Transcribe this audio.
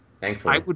Thankfully